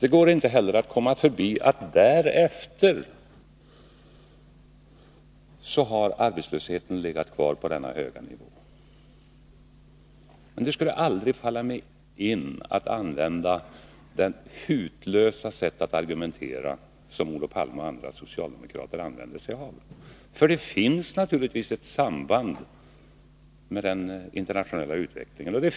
Det går inte heller att komma förbi att arbetslösheten därefter har legat kvar på denna höga nivå. Det skulle aldrig falla mig in att använda detta hutlösa sätt att argumentera, som Olof Palme och andra socialdemokrater använder sig av. Det finns naturligtvis ett samband med den internationella utvecklingen.